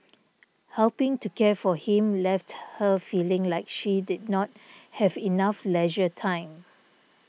helping to care for him left her feeling like she did not have enough leisure time